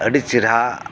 ᱟᱹᱰᱤ ᱪᱮᱦᱮᱨᱟ